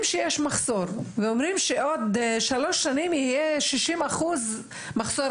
שיש מחסור ושעוד שלוש שנים יהיה מחסור של 60% במתמחים.